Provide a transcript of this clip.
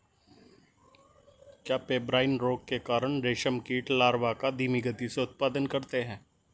क्या पेब्राइन रोग के कारण रेशम कीट लार्वा का धीमी गति से उत्पादन करते हैं?